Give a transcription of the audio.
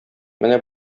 менә